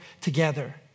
together